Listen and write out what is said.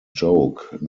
joke